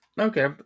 Okay